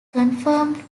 confirmed